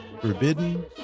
forbidden